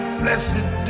blessed